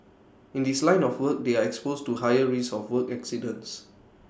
in this line of work they are exposed to higher risk of work accidents